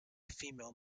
female